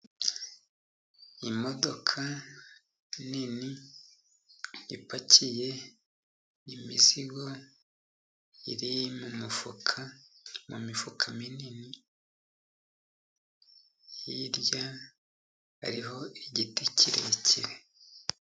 imodoka nini ipakiye imizigo, iri mumufuka mumifuka minini hirya hariho igiti kirekire.